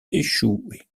échoué